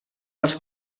dels